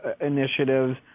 initiatives